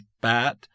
bat